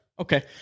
okay